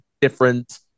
different